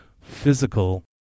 physical